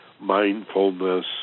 mindfulness